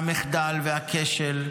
והמחדל, והכשל,